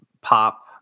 pop